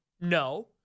No